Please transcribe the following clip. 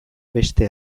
beste